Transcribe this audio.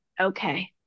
okay